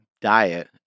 diet